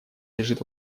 лежит